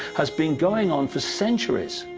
has been going on for centuries.